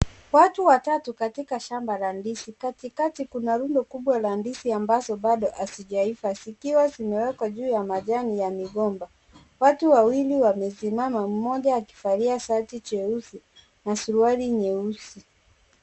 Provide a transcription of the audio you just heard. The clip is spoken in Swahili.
Watu watatu katika shamba la ndizi. Katikati kuna rundo kubwa la ndizi ambazo bado hazijaiva. Zikiwa zimeekwa juu ya majani ya migomba. Watu wawili wamesimama mmoja akivalia shati nyeusi na suruali nyeusi.